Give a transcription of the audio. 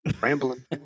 rambling